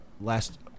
last